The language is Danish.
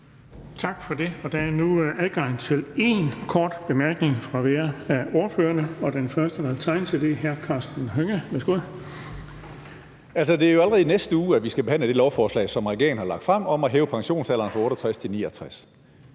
Tak for det. Der er nu adgang til én kort bemærkning fra hver af ordførerne, og den første, der har indtegnet sig, er hr. Karsten Hønge. Værsgo. Kl. 13:26 Karsten Hønge (SF): Det er jo allerede i næste uge, at vi skal behandle det lovforslag, som regeringen har fremsat, om at hæve pensionsalderen fra 68 år til 69